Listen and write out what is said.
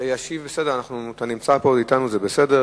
את חיי הפליטים בהחזרתם למצרים.